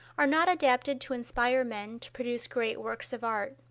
are not adapted to inspire men to produce great works of art.